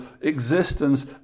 existence